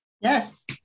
Yes